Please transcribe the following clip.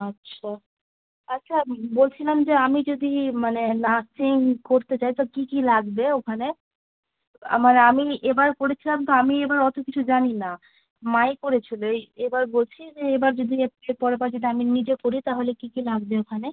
আচ্ছা আচ্ছা বলছিলাম যে আমি যদি মানে নার্সিং করতে চাই তো কী কী লাগবে ওখানে আমার আমি এবার করেছিলাম তো আমি এবার অতো কিছু জানি না মাই করেছিলো এই এবার বলছি যে এবার যদি এর এর পরের বার যদি আমি নিজে পড়ি তাহলে কী কী লাগবে ওখানে